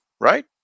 right